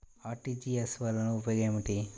RTGS వలన ఉపయోగం ఏమిటీ?